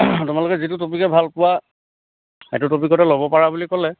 তোমালোকে যিটো টপিকে ভাল পোৱা সেইটো টপিকতে ল'ব পাৰা বুলি ক'লে